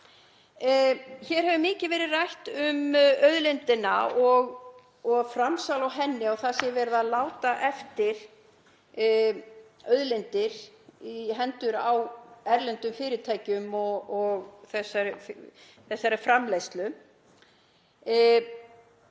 Hér hefur mikið verið rætt um auðlindina og framsal á henni og það sé verið að láta auðlindir í hendur á erlendum fyrirtækjum og þessarar framleiðslu.